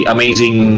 Amazing